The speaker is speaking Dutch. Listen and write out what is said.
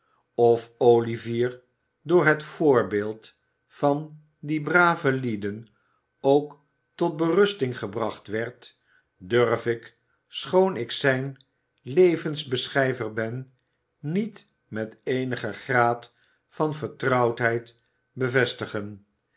of olivier door het voorbeeld van die brave lieden ook tot berusting gebracht werd durf ik schoon ik zijn levensbeschrijver ben niet met eenigen graad van vertrouwen bevestigen